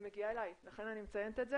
היא מגיעה אליי, לכן אני מציינת את זה.